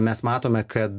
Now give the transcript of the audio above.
mes matome kad